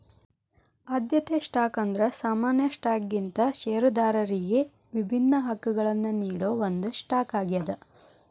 ಆದ್ಯತೆ ಸ್ಟಾಕ್ ಅಂದ್ರ ಸಾಮಾನ್ಯ ಸ್ಟಾಕ್ಗಿಂತ ಷೇರದಾರರಿಗಿ ವಿಭಿನ್ನ ಹಕ್ಕಗಳನ್ನ ನೇಡೋ ಒಂದ್ ಸ್ಟಾಕ್ ಆಗ್ಯಾದ